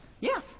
yes